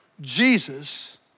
Jesus